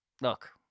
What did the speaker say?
look